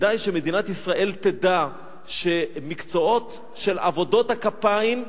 וכדאי שמדינת ישראל תדע שמקצועות של עבודות הכפיים,